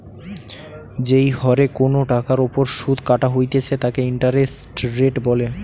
যেই হরে কোনো টাকার ওপর শুধ কাটা হইতেছে তাকে ইন্টারেস্ট রেট বলে